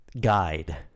guide